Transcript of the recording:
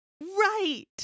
Right